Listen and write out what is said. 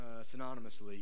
synonymously